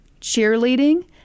cheerleading